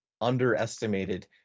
underestimated